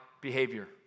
behavior